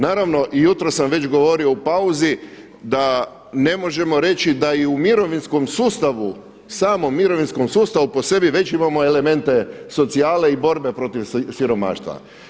Naravno i jutros sam već govorio u pauzi da ne možemo reći da i u mirovinskom sustavu, samom mirovinskom sustavu po sebi već imamo elemente socijale i borbe protiv siromaštva.